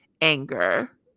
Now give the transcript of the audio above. anger